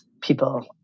people